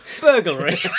Burglary